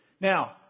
Now